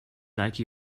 like